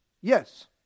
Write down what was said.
Yes